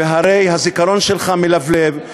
והרי הזיכרון שלך מלבלב,